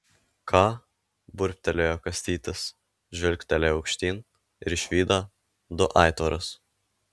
ką burbtelėjo kastytis žvilgtelėjo aukštyn ir išvydo du aitvarus